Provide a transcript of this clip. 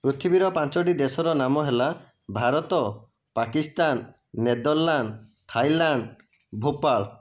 ପୃଥିବୀର ପାଞ୍ଚଟି ଦେଶର ନାମ ହେଲା ଭାରତ ପାକିସ୍ତାନ ନେଦରଲ୍ୟାଣ୍ଡ ଥାଇଲାଣ୍ଡ ଭୋପାଳ